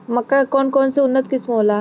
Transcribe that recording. मक्का के कौन कौनसे उन्नत किस्म होला?